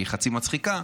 חצי מצחיקה,